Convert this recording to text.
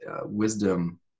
wisdom